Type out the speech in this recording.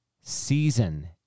season